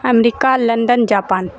America London Japan